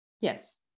Yes